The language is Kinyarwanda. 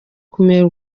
kumera